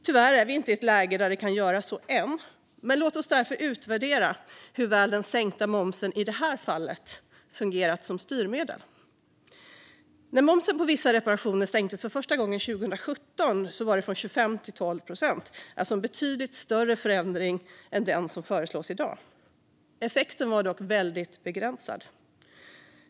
Tyvärr är vi ännu inte i ett läge där detta kan göras. Låt oss i stället utvärdera hur väl den sänkta momsen i detta fall fungerat som ett styrmedel. När momsen på vissa reparationer sänktes för första gången 2017 var det från 25 till 12 procent, alltså en betydligt större förändring än den som föreslås i dag. Effekten var dock väldigt begränsad.